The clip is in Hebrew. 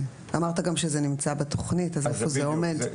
אמרת גם שזה נמצא בתכנית אז איפה זה עומד?